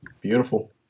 Beautiful